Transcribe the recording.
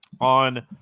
on